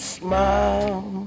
smile